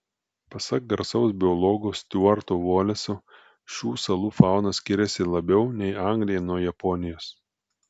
pasak garsaus biologo stiuarto voleso šių salų fauna skiriasi labiau nei anglija nuo japonijos